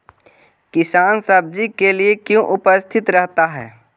किसान सब्जी के लिए क्यों उपस्थित रहता है?